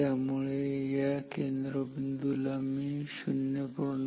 त्यामुळे या केंद्रबिंदू ला मी 0